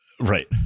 Right